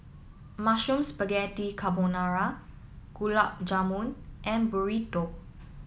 Mushroom Spaghetti Carbonara Gulab Jamun and Burrito